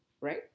right